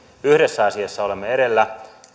yhdessä asiassa olemme edellä